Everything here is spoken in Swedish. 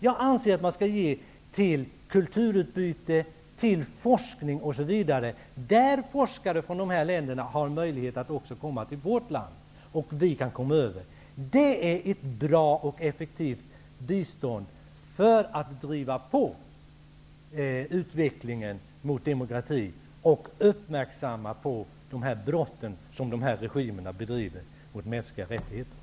Jag anser att man skall ge bistånd för kulturutbyte, för forskning osv., så att forskare från dessa länder har möjlighet att också komma till vårt land och vi kan komma över till deras länder. Det är ett bra och effektivt bistånd för att man skall kunna driva på utvecklingen mot demokrati och uppmärksamma de brott som de här regimerna begår mot de mänskliga rättigheterna.